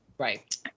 Right